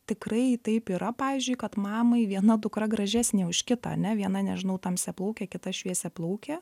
tikrai taip yra pavyzdžiui kad mamai viena dukra gražesnė už kitą ane viena nežinau tamsiaplaukė kita šviesiaplaukė